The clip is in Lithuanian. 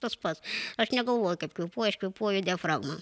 tas pats aš negalvoju kad kvėpuoju aš kvėpuoju diafragma